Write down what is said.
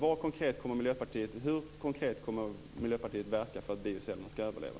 Hur kommer Miljöpartiet att verka konkret för att biocellerna ska överleva?